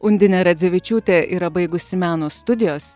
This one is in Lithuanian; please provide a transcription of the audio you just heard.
undinė radzevičiūtė yra baigusi meno studijos